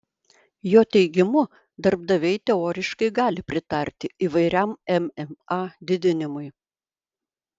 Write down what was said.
jo teigimu darbdaviai teoriškai gali pritarti įvairiam mma didinimui